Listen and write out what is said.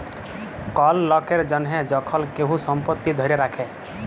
call লকের জনহ যখল কেহু সম্পত্তি ধ্যরে রাখে